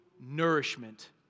nourishment